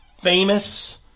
famous